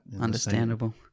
Understandable